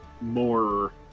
more